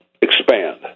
expand